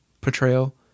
portrayal